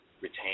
retain